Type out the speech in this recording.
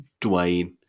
Dwayne